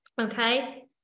okay